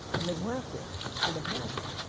and they go after it with a passion.